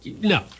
No